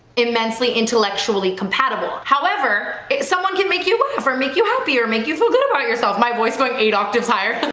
immensely intellectually compatible however, if someone can make you laugh or make you happy or make you feel good about yourself my voice going eight octaves higher